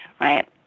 Right